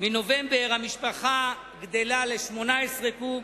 ברוך השם, נשארה יציבה,